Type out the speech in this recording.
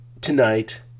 tonight